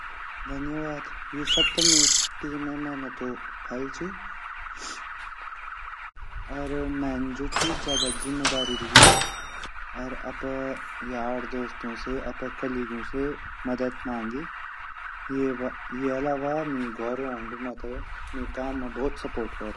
धन्यवाद यु सब ता मेरी टीमे मेहनतो फल ची अर मैन जु ची ज़्यादा जिम्मेदारी ली अर अपरा यार दोस्तों से अर कालीगू से मदद मांगी अर ये आलावा मेरा घोर वाउन भी मेरा काम मा भोत सपोर्ट कोरी।